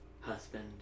husband